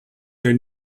their